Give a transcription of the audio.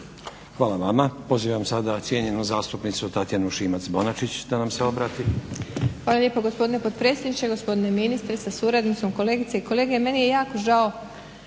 Hvala vama. Pozivam sada cijenjenu zastupnicu Tatjanu Šimac-Bonačić da nam se obrati.